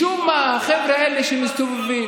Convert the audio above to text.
תודה רבה, אדוני חבר הכנסת מאיר כהן.